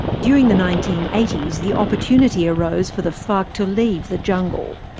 during the nineteen eighty s the opportunity arose for the farc to leave the jungle.